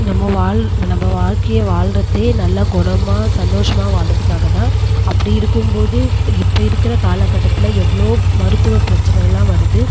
நம்ம வாழ் நம்ம வாழ்க்கையை வாழ்கிறதே நல்ல குணமா சந்தோஷமாக வாழ்கிறதுக்காகத்தான் அப்படி இருக்கும் போது இப்போ இருக்கிற காலக்கட்டத்தில் எவ்வளோ மருத்துவ பிரச்சனை எல்லாம் வருது